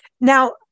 now